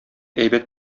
әйбәт